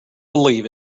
believe